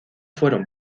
fueron